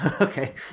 Okay